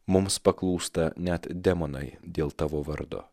mums paklūsta net demonai dėl tavo vardo